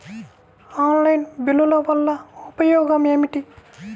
Online బిల్లుల వల్ల ఉపయోగమేమిటీ?